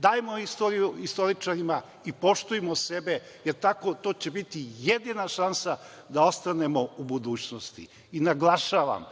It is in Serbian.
Dajmo istoriju istoričarima i poštujmo sebe, jer to će biti jedina šansa da ostanemo u budućnosti. Naglašavam,